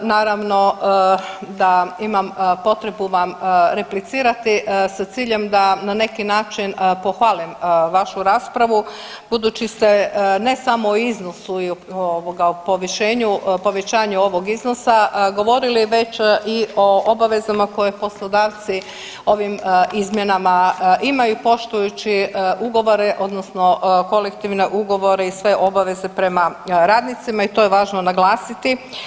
Naravno da imam potrebu vam replicirati sa ciljem da na neki način pohvalim vašu raspravu budući ste ne samo o iznosu i povećanju ovog iznosa govorili, već i o obavezama koje poslodavci ovim izmjenama imaju poštujući ugovore odnosno kolektivne ugovore i sve obaveze prema radnicima i to je važno naglasiti.